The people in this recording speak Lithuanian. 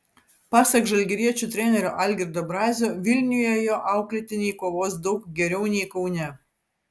pasak žalgiriečių trenerio algirdo brazio vilniuje jo auklėtiniai kovos daug geriau nei kaune